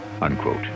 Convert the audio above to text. Unquote